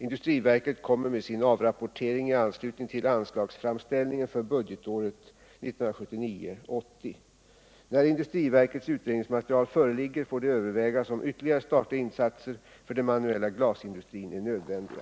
Industriverket kommer med sin avrapportering i anslutning till anslagsframställningen för budgetåret 1979/80. När industriverkets utredningsmaterial föreligger får det övervägas om ytterligare statliga insatser för den manuella glasindustrin är nödvändiga.